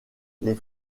les